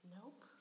Nope